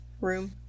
room